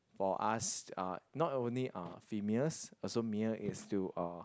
for us uh not only uh females also male is to uh